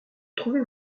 trouvez